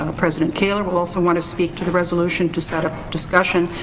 ah president kaler will also wanna speak to the resolution to set up discussion.